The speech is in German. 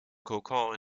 kokon